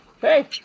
Hey